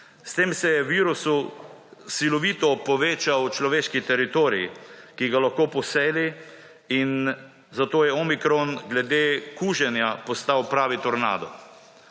S tem se je virusu silovito povečal človeški teritorij, ki ga lahko poseli in zato je omikron glede kuženja postal pravi tornado.